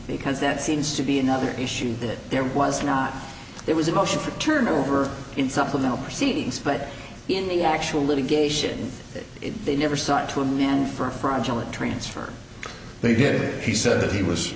because that seems to be another issue that there was not there was a motion for turnover in supplemental proceedings but in the actual litigation they never sent to a man for fraudulent transfer they did he said that he was